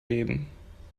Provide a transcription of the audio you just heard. leben